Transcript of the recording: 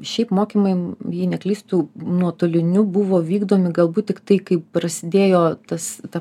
šiaip mokymai jei neklystu nuotoliniu buvo vykdomi galbūt tiktai kai prasidėjo tas ta